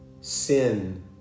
Sin